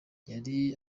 yari